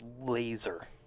laser